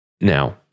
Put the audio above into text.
now